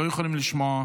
לא יכולים לשמוע.